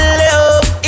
love